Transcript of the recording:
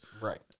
Right